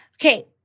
Okay